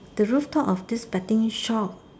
the rooftop of this betting shop